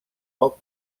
poc